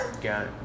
Got